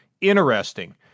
interesting